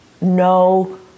No